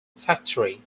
factory